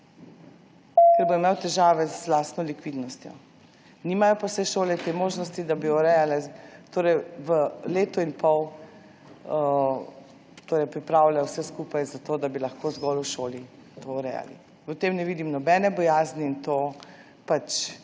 ker bo imel težave z lastno likvidnostjo. Nimajo pa vse šole te možnosti, da bi urejale, torej v letu in pol pripravile vse skupaj za to, da bi lahko zgolj v šoli to urejali. V tem ne vidim nobene bojazni in to pač